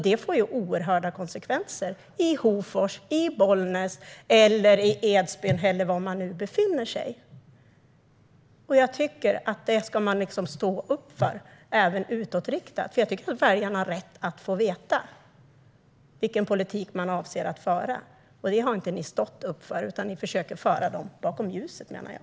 Det får oerhörda konsekvenser i Hofors, i Bollnäs, i Edsbyn eller var man nu befinner sig. Det tycker jag att ni ska stå upp för även utåt, för väljarna har rätt att få veta vilken politik ni avser att föra. Det har ni inte gjort, utan ni försöker föra dem bakom ljuset, menar jag.